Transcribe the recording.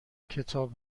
کتاب